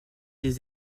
des